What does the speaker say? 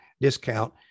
discount